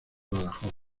badajoz